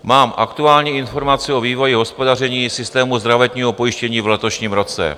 Mám aktuální informaci o vývoji hospodaření systému zdravotního pojištění v letošním roce.